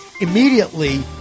immediately